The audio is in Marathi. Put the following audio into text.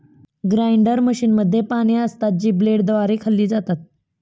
ग्राइंडर मशीनमध्ये पाने असतात, जी ब्लेडद्वारे खाल्ली जातात